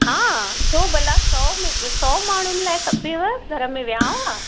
हा छो भला सौ में सौ माण्हुनि लाइ खपेव घर में वियांव आहे